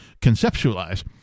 conceptualize